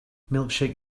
milkshake